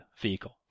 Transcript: vehicle